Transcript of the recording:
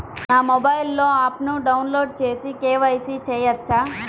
నా మొబైల్లో ఆప్ను డౌన్లోడ్ చేసి కే.వై.సి చేయచ్చా?